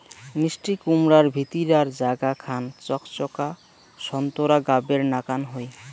মিষ্টিকুমড়ার ভিতিরার জাগা খান চকচকা সোন্তোরা গাবের নাকান হই